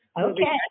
Okay